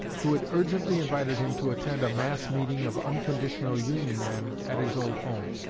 who had urgently invited him to attend a mass-meeting of unconditional union men at his old home.